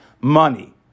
Money